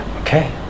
Okay